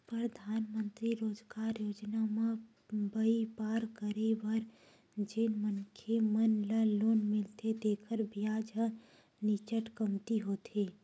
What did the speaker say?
परधानमंतरी रोजगार योजना म बइपार करे बर जेन मनखे मन ल लोन मिलथे तेखर बियाज ह नीचट कमती होथे